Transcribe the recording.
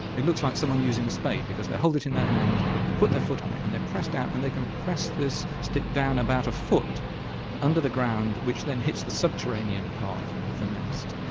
it looks like someone using a spade because they hold it in their hands and they put their foot on it and they press down and they can press this stick down about a foot under the ground which then hits the subterranean part of the nest.